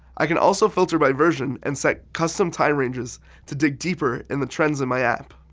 i can also filter by version and set custom time ranges to dig deeper in the trends in my app.